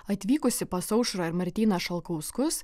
atvykusi pas aušrą ir martyną šalkauskus